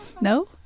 No